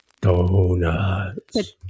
donuts